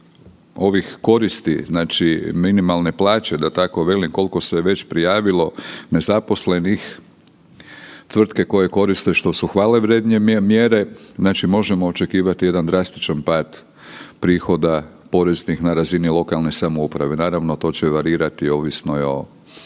ovih koristi minimalne plaće da tako velim, koliko se već prijavilo nezaposlenih, tvrtke koje koriste što su hvale vrijedne mjere možemo očekivati jedan drastičan pad prihoda poreznih na razini lokalne samouprave. Naravno, to će varirati ovisno o